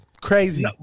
Crazy